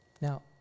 Now